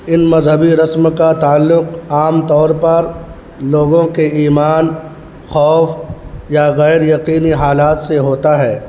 ان مذہبی رسم کا تعلق عام طور پر لوگوں کے ایمان خوف یا غیر یقینی حالات سے ہوتا ہے